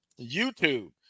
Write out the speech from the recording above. YouTube